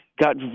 got